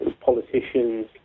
politicians